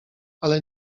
ale